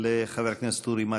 לחבר הכנסת אורי מקלב.